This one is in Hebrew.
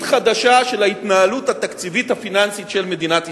חדשה של ההתנהלות התקציבית הפיננסית של מדינת ישראל.